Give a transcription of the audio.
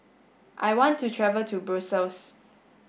I want to travel to Brussels